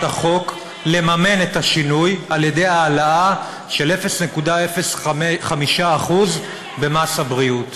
החוק לממן את השינוי על ידי העלאה של 0.05% במס הבריאות.